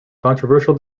controversial